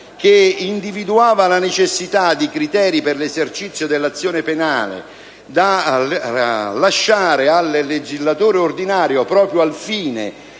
che individuava la necessità di criteri per l'esercizio dell'azione penale da lasciare al legislatore ordinario, proprio al fine